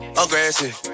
aggressive